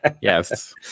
Yes